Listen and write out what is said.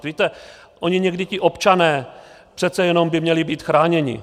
Víte, oni někdy ti občané přece jenom by měli být chráněni.